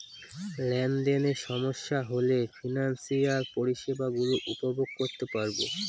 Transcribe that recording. লেনদেনে সমস্যা হলে ফিনান্সিয়াল পরিষেবা গুলো উপভোগ করতে পারবো